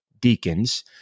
Deacons